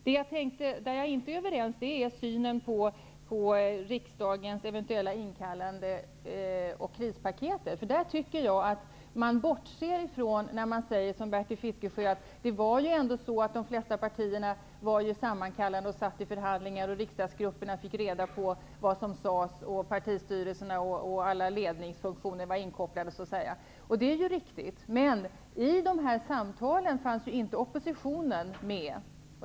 Däremot är vi inte överens när det gäller synen på riksdagens eventuella inkallande i fråga om krispaketet. Bertil Fiskesjö säger att de flesta partierna ändå var sammankallade och satt i förhandlingar. Riksdagsgrupperna fick reda på vad som sades. Partistyrelserna och alla ledningsfunktioner var inkopplade. Det är riktigt. Men i dessa samtal fanns inte oppositionen med.